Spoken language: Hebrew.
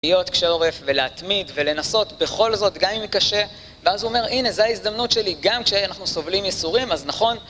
להיות קשה עורף ולהתמיד ולנסות בכל זאת גם אם יקשה ואז הוא אומר הנה זו ההזדמנות שלי גם כשאנחנו סובלים ייסורים אז נכון